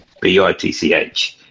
B-I-T-C-H